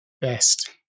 best